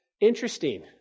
Interesting